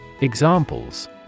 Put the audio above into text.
Examples